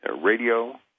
radio